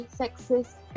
sexist